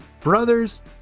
Brothers